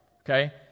Okay